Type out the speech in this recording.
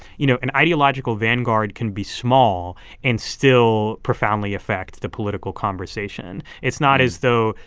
you know, an ideological vanguard can be small and still profoundly affect the political conversation. it's not as though,